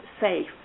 safe